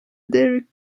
derek